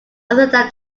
other